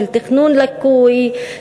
של תכנון לקוי,